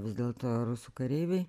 vis dėlto rusų kareiviai